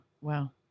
Wow